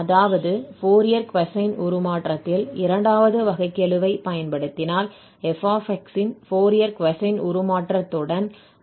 அதாவது Fourier cosine உருமாற்றத்தில் இரண்டாவது வகைக்கெழுவை பயன்படுத்தினால் f இன் ஃபோரியர் கொசைன் உருமாற்றத்துடன் −α2 ஐப் பெறலாம்